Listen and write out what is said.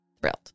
thrilled